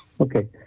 Okay